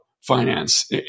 finance